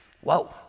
Whoa